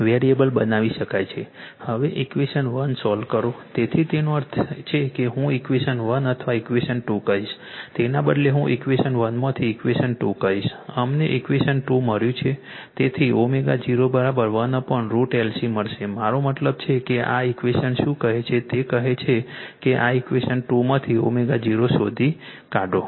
હવે equation 1 solve કરો તેનો અર્થ એ છે કે હું ઇક્વેશન 1 અથવા ઇક્વેશન 2 કહીશ તેના બદલે હું ઇક્વેશન 1 માંથી ઇક્વેશન 2 કહીશ અમને ઇક્વેશન 2 મળ્યું તેથી ω0 1√LC મળશે મારો મતલબ છે કે આ ઇક્વેશન શું કહે છે તે કહે છે કે આ ઇક્વેશન 2 માંથી ω0 શોધી કાઢો